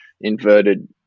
inverted